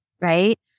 right